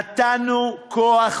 מעל הדוכן הזה, כמה החוק